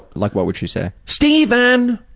like what would she say? steven!